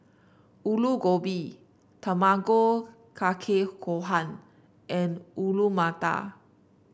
Alu Gobi Tamago Kake Gohan and Alu Matar